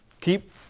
keep